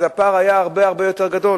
הפער היה הרבה יותר גדול.